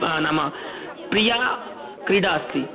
नाम प्रिया क्रीडा अस्ति